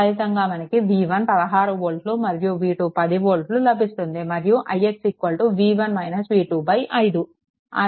ఫలితంగా మనకు v1 16 వోల్ట్లు మరియు v2 10 వోల్ట్లు లభిస్తుంది మరియు ix 5